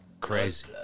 crazy